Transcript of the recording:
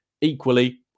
Equally